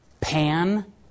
Pan